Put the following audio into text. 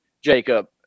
Jacob